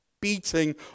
beating